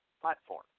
platform